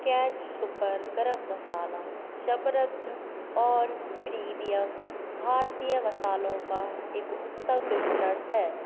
catch super गर्म मसाला समृद्ध और प्रीमियम भारतीय मसालों का एक उत्तम मिश्रण है